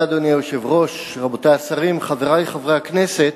אדוני היושב-ראש, רבותי השרים, חברי חברי הכנסת,